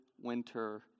winter